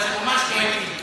אבל זה ממש לא התאים.